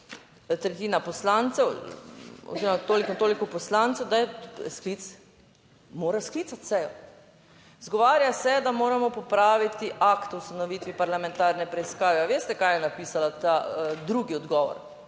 tretjina poslancev oziroma toliko in toliko poslancev, da je sklic, mora sklicati sejo. Izgovarja se, da moramo popraviti akt o ustanovitvi parlamentarne preiskave. A veste, kaj je napisala ta drugi odgovor?